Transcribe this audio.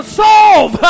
solve